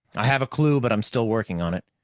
i have a clue, but i'm still working on it.